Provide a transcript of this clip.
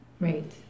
Right